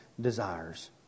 desires